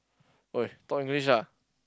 !oi! talk English lah